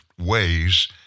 ways